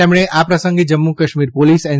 તેમણે આ પ્રસંગે જમ્મુ કાશ્મીર પોલીસ એન